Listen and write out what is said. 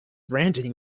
ranting